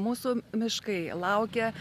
mūsų miškai laukia